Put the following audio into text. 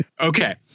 okay